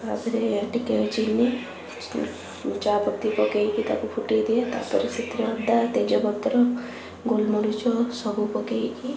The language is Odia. ତା ଦିହରେ ଟିକେ ଚିନି ଚାପତି ପକାଇକି ତାକୁ ଫୁଟାଇ ଦିଏ ତା ପରେ ସେଥିରେ ଅଦା ତେଜ ପତ୍ର ଗୋଲମରୀଚ ସବୁ ପକାଇକି